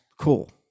cool